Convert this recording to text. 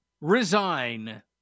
resign